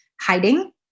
hiding